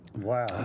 Wow